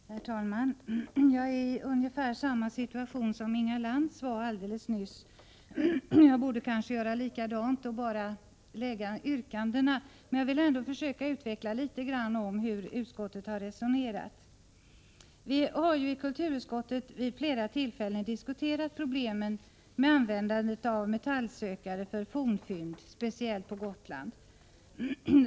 Herr talman! Jag är i ungefär samma situation som den Inga Lantz befann sig i alldeles nyss och borde kanske på samma sätt bara framföra yrkandena, men jag vill ändå något försöka utveckla hur utskottet har resonerat. Vi i kulturutskottet har vid flera tillfällen diskuterat problemen med användandet av metallsökare för fornfynd, speciellt på Gotland.